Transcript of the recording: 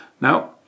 Now